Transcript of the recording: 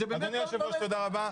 אדוני היושב-ראש, תודה רבה.